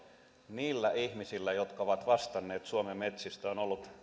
niillä ihmisillä jotka ovat vastanneet suomen metsistä on ollut